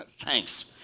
thanks